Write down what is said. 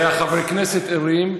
הממשלה ערה וחברי הכנסת ערים,